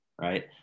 right